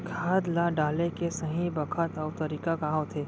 खाद ल डाले के सही बखत अऊ तरीका का होथे?